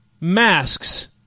masks